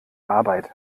arbeit